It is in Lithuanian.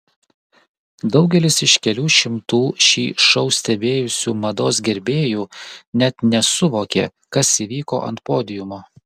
daugelis iš kelių šimtų šį šou stebėjusių mados gerbėjų net nesuvokė kas įvyko ant podiumo